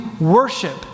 worship